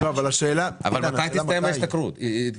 אבל מתי תסתיים ההתקשרות?